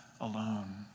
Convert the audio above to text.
alone